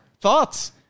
thoughts